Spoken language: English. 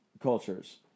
cultures